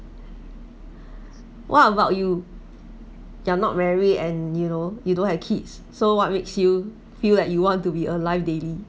what about you you are not married and you know you don't have kids so what makes you feel that you want to be alive daily